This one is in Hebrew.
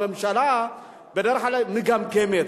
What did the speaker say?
הממשלה בדרך כלל מגמגמת.